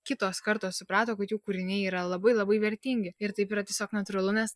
kitos kartos suprato kad jų kūriniai yra labai labai vertingi ir taip yra tiesiog natūralu nes